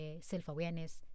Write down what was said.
self-awareness